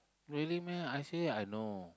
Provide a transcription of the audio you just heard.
really meh I say I know